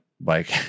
bike